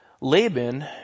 Laban